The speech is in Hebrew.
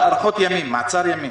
בהארכות ימים, במעצר ימים.